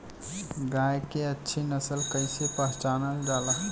गाय के अच्छी नस्ल कइसे पहचानल जाला?